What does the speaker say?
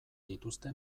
dituzte